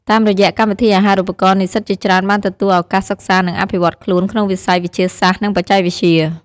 តាមរយៈកម្មវិធីអាហារូបករណ៍ និស្សិតជាច្រើនបានទទួលឱកាសសិក្សានិងអភិវឌ្ឍខ្លួនក្នុងវិស័យវិទ្យាសាស្ត្រ និងបច្ចេកវិទ្យា។